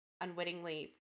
unwittingly